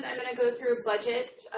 go through budget,